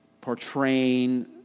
portraying